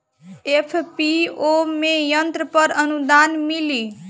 FPO में यंत्र पर आनुदान मिँली?